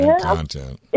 content